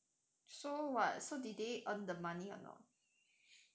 so what so did they earn the money or not